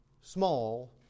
small